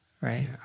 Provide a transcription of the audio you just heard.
right